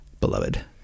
beloved